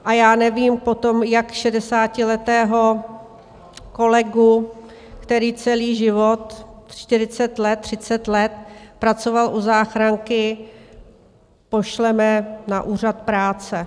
A já nevím potom, jak šedesátiletého kolegu, který celý život, čtyřicet let, třicet let pracoval u záchranky, pošleme na úřad práce.